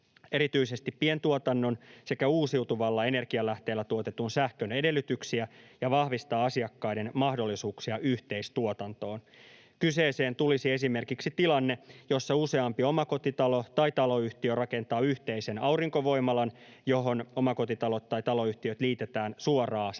erityisesti pientuotannon sekä uusiutuvalla energialähteellä tuotetun sähkön edellytyksiä ja vahvistaa asiakkaiden mahdollisuuksia yhteistuotantoon. Kyseeseen tulisi esimerkiksi tilanne, jossa useampi omakotitalo tai taloyhtiö rakentaa yhteisen aurinkovoimalan, johon omakotitalot tai taloyhtiöt liitetään suoraa sähköntoimitusta